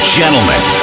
gentlemen